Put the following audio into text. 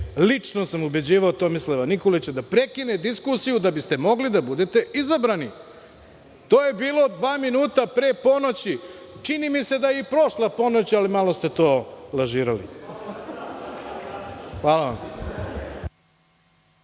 Lično sam ubeđivao Tomislava Nikolića da prekine diskusiju, da biste mogli da budete izabrani. To je bilo dva minuta pre ponoći. Čini mi se da je i prošla ponoć, ali malo ste to lažirali. Hvala vam.